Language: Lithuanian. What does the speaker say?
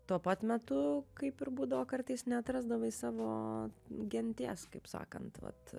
tuo pat metu kaip ir būdavo kartais net rasdavai savo genties kaip sakant vat